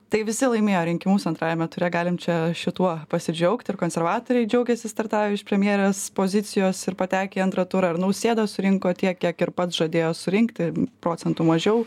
tai visi laimėjo rinkimus antrajame ture galim čia šituo pasidžiaugti ir konservatoriai džiaugėsi startavę iš premjerės pozicijos ir patekę į antrą turą ir nausėda surinko tiek kiek ir pats žadėjo surinkti procentų mažiau